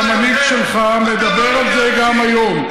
והמנהיג שלך מדבר על זה גם היום.